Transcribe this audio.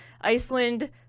Iceland